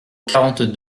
quarante